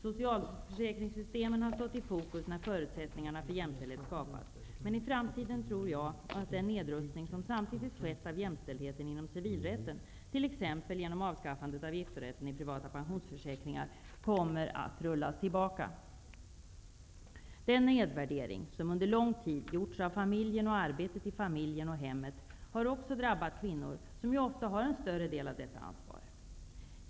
Socialförsäkringssystemen har stått i fokus när förutsättningarna för jämställdhet skapats, men jag tror att den nedrustning som samtidigt skett av jämställdheten inom civilrätten, t.ex. genom avskaffandet av giftorätten i privata pensionsförsäkringar, i framtiden kommer att rullas tillbaka. Den nedvärdering som under lång tid gjorts av familjen och arbetet i familjen och hemmet har också drabbat kvinnor, som ju ofta har en större del av detta ansvar.